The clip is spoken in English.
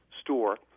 store